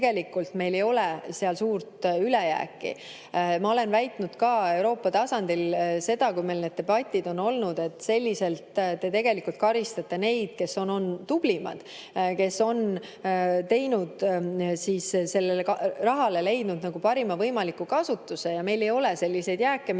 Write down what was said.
tegelikult meil ei ole seal suurt ülejääki. Ma olen väitnud ka Euroopa tasandil seda, kui meil need debatid on olnud, et selliselt te tegelikult karistate neid, kes on tublimad, kes on leidnud sellele rahale parima võimaliku kasutuse, ja meil ei ole selliseid jääke, mida